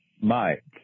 Mike